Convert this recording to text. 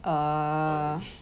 err